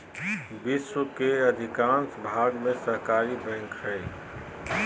विश्व के अधिकांश भाग में सहकारी बैंक हइ